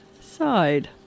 Side